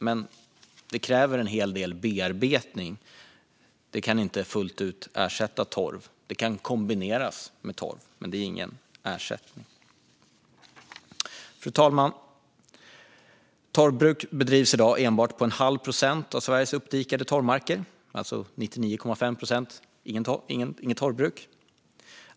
Men det kräver en hel del bearbetning och kan inte ersätta torv fullt ut. Det kan kombineras med torv, men det är ingen ersättning. Fru talman! Torvbruk bedrivs i dag enbart på en halv procent av Sveriges uppdikade torvmarker. På 99,5 procent är det alltså inget torvbruk.